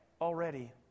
already